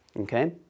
okay